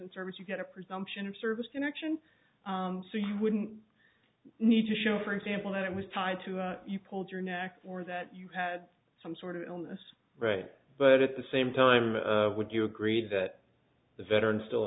and service you get a presumption of service connection so you wouldn't need to show for example that it was tied to you pulled your neck or that you had some sort of illness right but at the same time would you agree that the veteran still